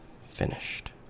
finished